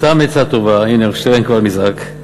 סתם עצה טובה, הנה שטרן כבר נזעק.